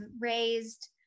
raised